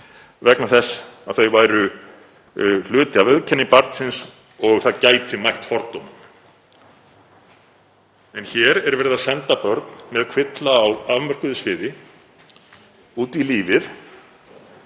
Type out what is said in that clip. vegna þess að þau væru hluti af auðkenni barnsins og það gæti mætt fordómum. En hér er verið að senda börn með kvilla á afmörkuðu sviði út í lífið